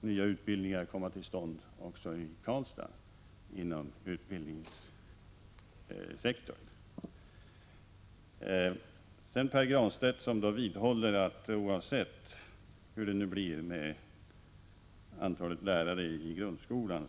nya utbildningar komma till stånd också i Karlstad — inom utbildningssektorn. Sedan några ord till Pär Granstedt, som vidhåller att samtliga utbildningsorter bör vara kvar, oavsett hur det blir med antalet lärare i grundskolan.